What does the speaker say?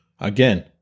again